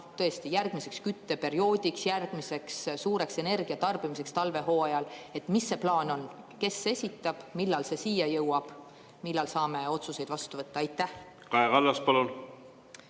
järgmiseks kütteperioodiks, järgmiseks suureks energiatarbimiseks talvehooajal, mis see plaan on? Kes esitab, millal see siia jõuab, millal saame otsused vastu võtta? Kaja